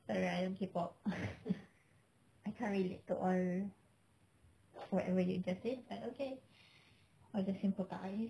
arial K pop I can't relate to all whatever you just said that's okay I just sympathize